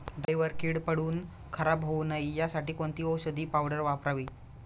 डाळीवर कीड पडून खराब होऊ नये यासाठी कोणती औषधी पावडर वापरावी?